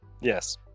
Yes